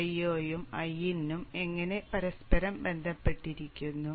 ഇപ്പോൾ Io യും Iin ഉം എങ്ങനെ പരസ്പരം ബന്ധപ്പെട്ടിരിക്കുന്നു